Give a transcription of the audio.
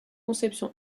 conception